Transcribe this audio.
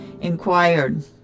inquired